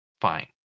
fine